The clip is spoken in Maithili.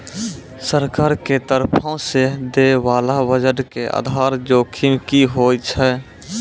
सरकार के तरफो से दै बाला बजट के आधार जोखिम कि होय छै?